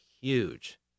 huge